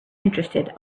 interested